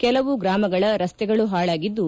ಕೆಲವು ಗ್ರಾಮಗಳ ರಸ್ತೆಗಳು ಹಾಳಾಗಿದ್ದು